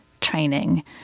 training